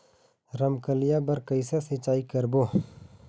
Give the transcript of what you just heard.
रमकलिया बर कइसे सिचाई करबो?